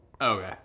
Okay